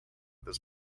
this